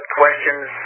questions